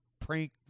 prank